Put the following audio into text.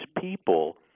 people